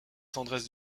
tendresse